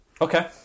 Okay